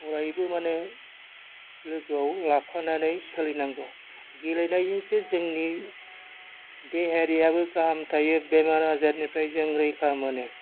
अरायबो माने लोगोआव लाफानानै सोलिनांगौ गेलेनायजोंसो जोंनि देहायारिआबो गाहाम थायो बेमार आजारनिफ्राय जों रैखा मोनो